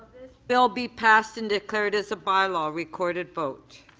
will be passed and declared as a bylaw recorded vote.